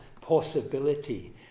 possibility